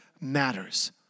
matters